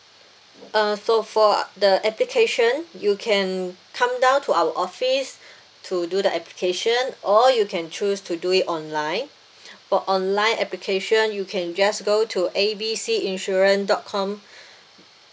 uh so for the application you can come down to our office to do the application or you can choose to do it online for online application you can just go to A B C insurance dot com